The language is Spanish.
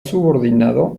subordinado